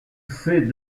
fait